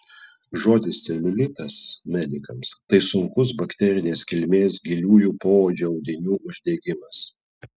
žodis celiulitas medikams tai sunkus bakterinės kilmės giliųjų poodžio audinių uždegimas